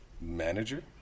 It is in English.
manager